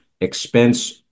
expense